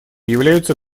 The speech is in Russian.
являются